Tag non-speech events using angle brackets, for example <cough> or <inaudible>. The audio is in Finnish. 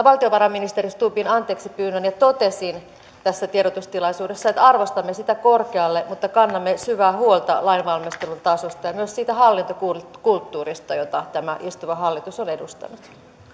<unintelligible> valtiovarainministeri stubbin anteeksipyynnön ja totesin tässä tiedotustilaisuudessa että arvostamme sitä korkealle mutta kannamme syvää huolta lainvalmistelun tasosta ja myös siitä hallintokulttuurista jota tämä istuva hallitus on edustanut